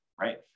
right